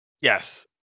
Yes